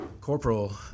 corporal